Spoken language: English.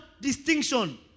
distinction